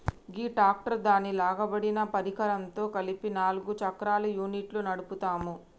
గీ tractor దాని లాగబడిన పరికరంతో కలిపి నాలుగు చక్రాల యూనిట్ను నడుపుతాము